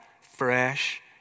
fresh